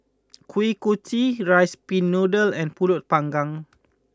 Kuih Kochi Rice Pin Noodles and Pulut Panggang